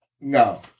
No